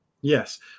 Yes